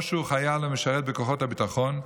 או שהוא חייל המשרת בכוחות הביטחון.